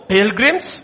Pilgrims